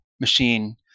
machine